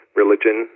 religion